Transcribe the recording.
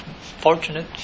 fortunate